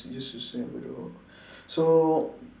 used to stay at bedok so